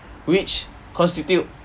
which constitute